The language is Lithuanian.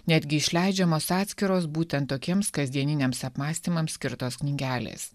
netgi išleidžiamos atskiros būtent tokiems kasdieniniams apmąstymams skirtos knygelės